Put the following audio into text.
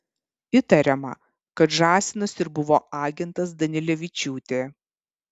įtariama kad žąsinas ir buvo agentas danilevičiūtė